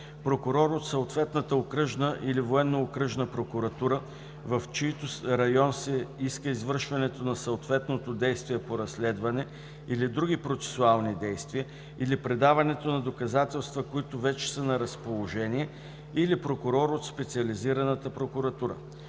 прокурор от съответната окръжна или военно-окръжна прокуратура, в чийто район се иска извършването на съответното действие по разследване или други процесуални действия, или предаването на доказателствата, които вече са на разположение или прокурор от специализираната прокуратура;